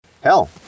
Hell